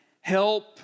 help